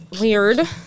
weird